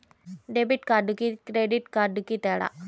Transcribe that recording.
Debit కార్డుకి credit కార్డుకి తేడా?